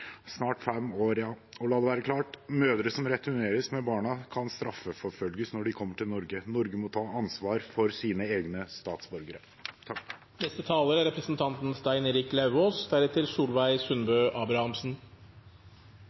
snart fem år. Og la det være klart: Mødre som returneres med barna, kan straffeforfølges når de kommer til Norge. Norge må ta ansvar for sine egne statsborgere.